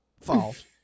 false